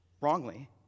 wrongly